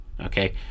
Okay